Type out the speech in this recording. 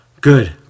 Good